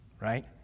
right